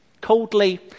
Coldly